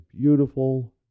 beautiful